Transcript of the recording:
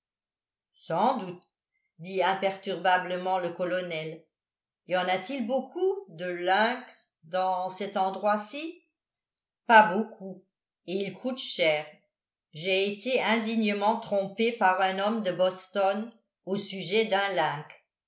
sans doute dit imperturbablement le colonel y en a-t-il beaucoup de links dans cet endroit ci pas beaucoup et ils coûtent cher j'ai été indignement trompé par un homme de boston au sujet d'un link